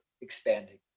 expanding